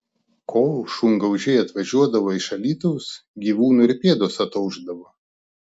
kol šungaudžiai atvažiuodavo iš alytaus gyvūnų ir pėdos ataušdavo